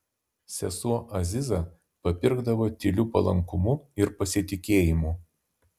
sesuo aziza papirkdavo tyliu palankumu ir pasitikėjimu